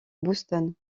boston